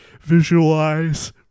visualize